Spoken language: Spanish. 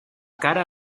cara